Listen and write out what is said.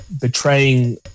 betraying